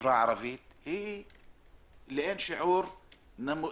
בחברה הערבית היא נמוכה לאין שיעור.